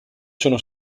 sono